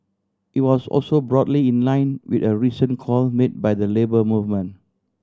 it was also broadly in line with a recent call made by the Labour Movement